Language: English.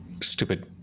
stupid